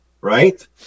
right